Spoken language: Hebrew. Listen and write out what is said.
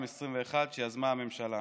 שיזמה הממשלה.